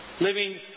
living